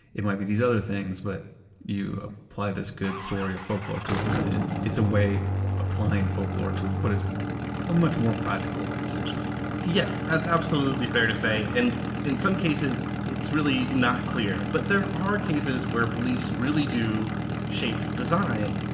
it might be these other things but you apply this good story of folklore to um them and it's a way of applying folklore to what is a much more practical decision really yeah, that's absolutely fair to say and in some cases, it's really not clear. but there are cases where beliefs really do shape design.